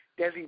Desi